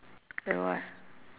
the what